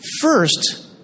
First